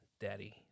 daddy